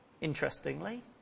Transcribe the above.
Interestingly